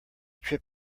trip